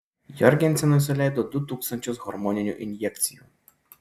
jorgensenui suleido du tūkstančius hormoninių injekcijų